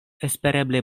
espereble